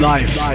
Life